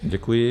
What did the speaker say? Děkuji.